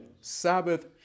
Sabbath